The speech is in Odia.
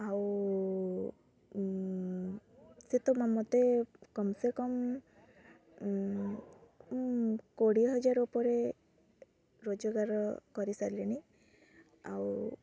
ଆଉ ସେ ତ ମୋତେ କମ୍ ସେ କମ୍ କୋଡ଼ିଏ ହଜାର ଉପରେ ରୋଜଗାର କରି ସାରିଲିଣି ଆଉ